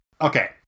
Okay